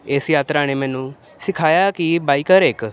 ਇਸ ਯਾਤਰਾ ਨੇ ਮੈਨੂੰ ਸਿਖਾਇਆ ਕਿ ਬਾਈਕਰ ਇੱਕ